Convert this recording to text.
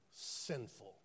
sinful